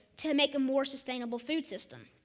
to make a more sustainable food system.